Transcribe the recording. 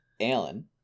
alan